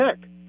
Tech